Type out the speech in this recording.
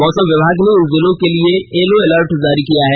मौसम विभाग ने इन जिलों के लिए येलो अलर्ट जारी किया है